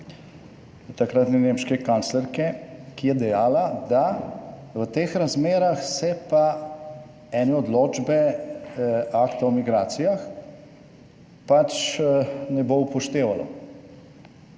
takratne nemške kanclerke, ki je dejala, da v teh razmerah se pa ene odločbe akta o migracijah pač ne bo upoštevalo.